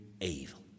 evil